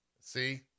See